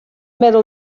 meddwl